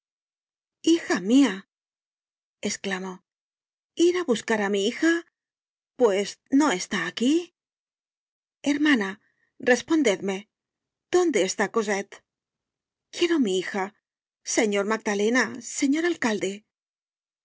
hija mia esclamó ir á buscar á mi hija pues no está aquí hermana respondedme dónde está cosette quiero mi hija señor magdalena señor alcalde